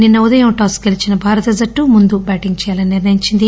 నిన్న ఉదయం టాస్ గెలిచిన భారత జట్టు ముందు బ్యాటింగ్ చేయాలని నిర్ణయించింది